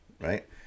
right